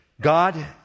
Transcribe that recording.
God